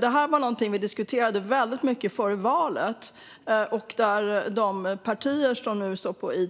Det här var någonting vi diskuterade mycket före valet, och de partier som nu står bakom